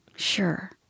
Sure